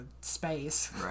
space